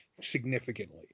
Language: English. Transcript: significantly